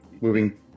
moving